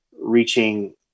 reaching